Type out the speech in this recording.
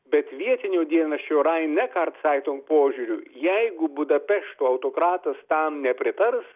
bet vietinio dienraščio raime kartsaitum požiūriu jeigu budapešto autokratas tam nepritars